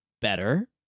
better